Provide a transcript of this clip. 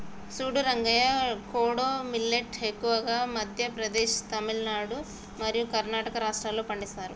సూడు రంగయ్య కోడో మిల్లేట్ ఎక్కువగా మధ్య ప్రదేశ్, తమిలనాడు మరియు కర్ణాటక రాష్ట్రాల్లో పండిస్తారు